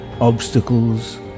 Obstacles